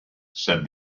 said